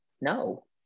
No